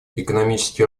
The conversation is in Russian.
экономический